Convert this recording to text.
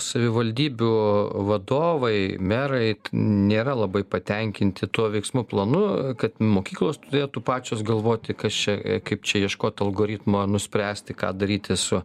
savivaldybių vadovai merai nėra labai patenkinti tuo veiksmų planu kad mokyklos turėtų pačios galvoti kas čia kaip čia ieškot algoritmų nuspręsti ką daryti su